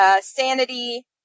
Sanity